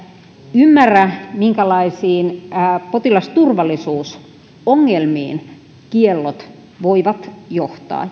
ymmärrä minkälaisiin potilasturvallisuusongelmiin kiellot voivat johtaa